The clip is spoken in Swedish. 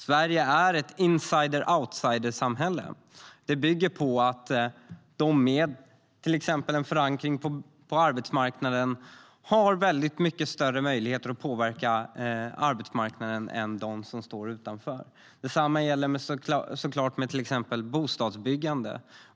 Sverige är ett insider-outsider-samhälle. Det bygger på att de med förankring på arbetsmarknaden har mycket större möjligheter att påverka arbetsmarknaden än de som står utanför. Detsamma gäller såklart bostadsbyggande.